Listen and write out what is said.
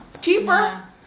Cheaper